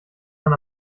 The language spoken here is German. man